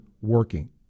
working